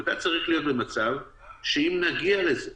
אתה צריך להיות במצב שאם נגיע לזה,